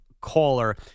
caller